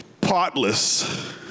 potless